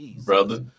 brother